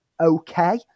okay